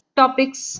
topics